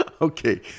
Okay